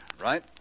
right